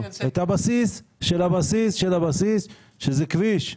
את הבסיס של הבסיס של הבסיס, שזה כביש,